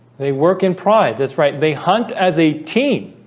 they work in pride, that's right they hunt as a team